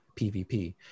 PVP